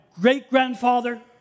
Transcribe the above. great-grandfather